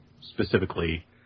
specifically